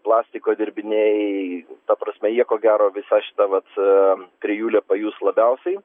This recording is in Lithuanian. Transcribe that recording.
plastiko dirbiniai ta prasme jie ko gero visa šita vat trijulė pajus labiausiai